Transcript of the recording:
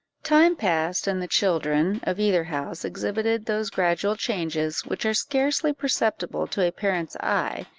time passed, and the children of either house exhibited those gradual changes which are scarcely perceptible to a parent's eye,